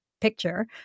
picture